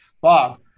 Bob